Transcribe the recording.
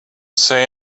say